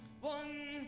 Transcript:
One